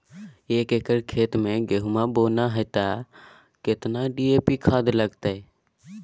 एक एकर खेत मे गहुम बोना है त केतना डी.ए.पी खाद लगतै?